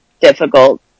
difficult